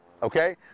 Okay